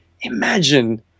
imagine